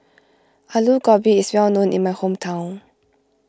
Aloo Gobi is well known in my hometown